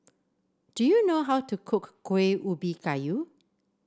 do you know how to cook Kuih Ubi Kayu